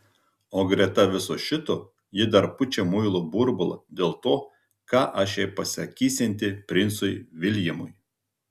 o greta viso šito ji dar pučia muilo burbulą dėl to ką aš pasakysianti princui viljamui